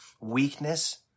weakness